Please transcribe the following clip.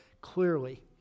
clearly